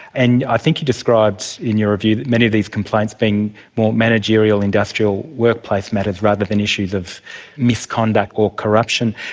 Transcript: and i think you described in your review many of these complaints being more managerial, industrial, workplace matters rather than issues of misconduct or corruption.